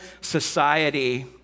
society